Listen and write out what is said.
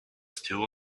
still